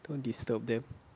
don't disturb them